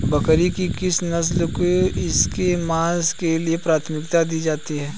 बकरी की किस नस्ल को इसके मांस के लिए प्राथमिकता दी जाती है?